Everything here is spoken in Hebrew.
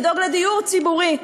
לדאוג לדיור ציבורי,